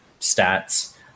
stats